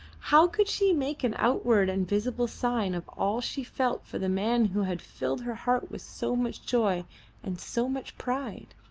how could she make an outward and visible sign of all she felt for the man who had filled her heart with so much joy and so much pride?